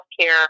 healthcare